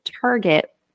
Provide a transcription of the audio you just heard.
target